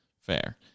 Fair